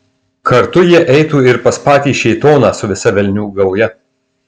kartu jie eitų ir pas patį šėtoną su visa velnių gauja